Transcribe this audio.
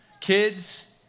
kids